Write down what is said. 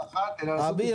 אביר,